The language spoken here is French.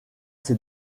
ses